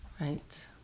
Right